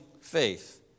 faith